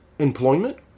employment